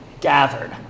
gathered